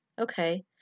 Okay